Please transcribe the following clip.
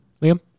Liam